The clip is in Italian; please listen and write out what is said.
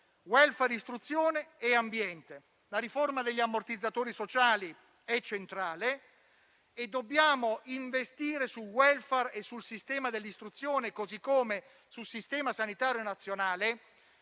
*welfare* e istruzione e ambiente. La riforma degli ammortizzatori sociali è centrale e dobbiamo investire sul *welfare* e sul sistema dell'istruzione, così come sul Sistema sanitario nazionale,